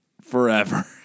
Forever